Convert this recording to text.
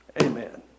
Amen